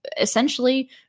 essentially